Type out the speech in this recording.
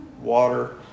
Water